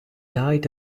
died